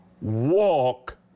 walk